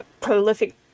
prolific